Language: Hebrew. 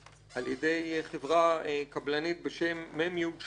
על-ידי חברה קבלנית בשם- -- שחם